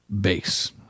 base